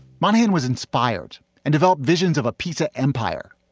monohan was inspired and developed visions of a pizza empire.